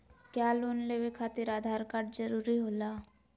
क्या लोन लेवे खातिर आधार कार्ड जरूरी होला?